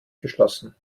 geschlossen